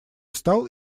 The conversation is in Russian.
стал